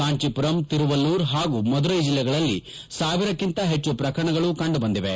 ಕಾಂಚಿಮರಂ ತಿರುವಲ್ಲೂರ್ ಹಾಗೂ ಮದುರೈ ಜಿಲ್ಲೆಗಳಲ್ಲಿ ಸಾವಿರಕ್ಕಿಂತ ಹೆಚ್ಚು ಪ್ರಕರಣಗಳು ಕಂಡುಬಂದಿವೆ